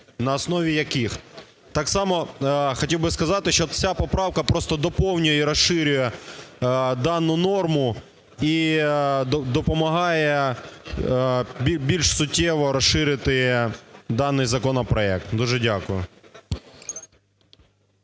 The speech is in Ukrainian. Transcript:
на основі яких". Так само хотів би сказати, що ця поправка просто доповнює і розширює дану норму і допомагає більш суттєво розширити даний законопроект. Дуже дякую.